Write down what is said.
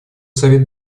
совет